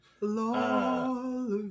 love